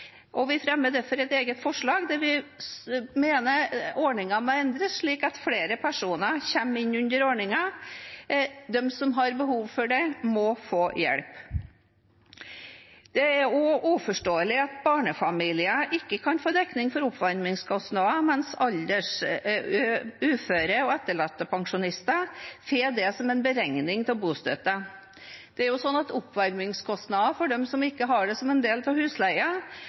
Vi fremmer derfor et eget forslag. Vi mener ordningen må endres slik at flere personer kommer inn under den. De som har behov for det, må få hjelp. Det er også uforståelig at barnefamilier ikke kan få dekket oppvarmingskostnader, mens alders-, uføre- og etterlattepensjonister får det som en beregning av bostøtten. Oppvarmingskostnader for dem som ikke har det som en del av